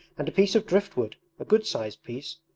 and a piece of driftwood, a good-sized piece,